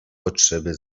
potrzeby